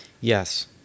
Yes